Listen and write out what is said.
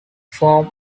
form